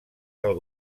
del